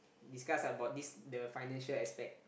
discuss about this the financial aspect